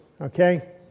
Okay